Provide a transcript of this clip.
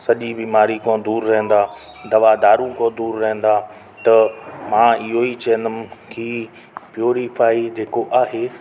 सॼी बीमारी खां दूरि रहंदा दवा दारू खां दूरि रहंदा त मां इहेई चईंदुमि की प्यूरिफाई जेको आहे